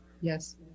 yes